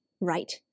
right